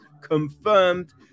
confirmed